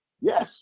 Yes